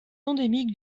endémique